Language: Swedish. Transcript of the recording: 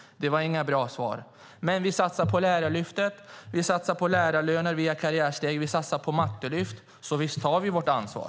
Jag fick inget bra svar. Vi satsar på Lärarlyftet. Vi satsar på lärarlöner via karriärsteg. Vi satsar på mattelyft. Visst tar vi vårt ansvar.